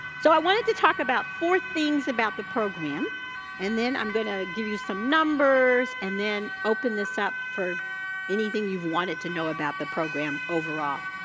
so, i wanted to talk about four things about the program and then i'm going to give you some numbers and then open this up for anything you've wanted to know about the program overall.